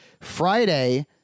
Friday